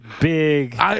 Big